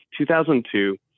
2002